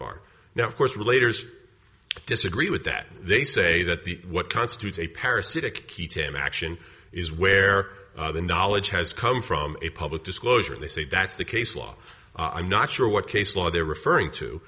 bar now of course related disagree with that they say that the what constitutes a parasitic key tim action is where the knowledge has come from a public disclosure they say that's the case law i'm not sure what case law they're referring to